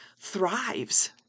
thrives